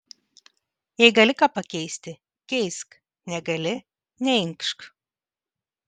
jei gali ką pakeisti keisk negali neinkšk